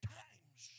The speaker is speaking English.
times